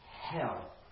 hell